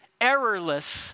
errorless